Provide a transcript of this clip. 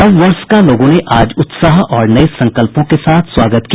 नववर्ष का लोगों ने आज उत्साह और नये संकल्पों के साथ स्वागत किया